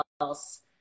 else